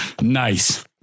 nice